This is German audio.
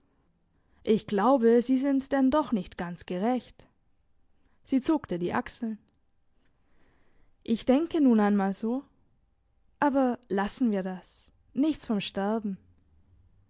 ich glaube sie sind denn doch nicht ganz gerecht sie zuckte die achseln ich denke nun einmal so aber lassen wir das nichts vom sterben